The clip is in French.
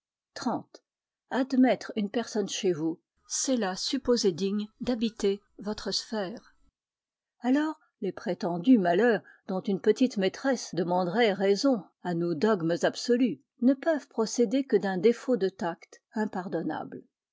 admettre une personne chez vous c'est la supposer digne d'habiter votre sphère alors les prétendus malheurs dont une petite maîtresse demanderait raison à nos dogmes absolus ne peuvent procéder que d'un défaut de tact impardonnable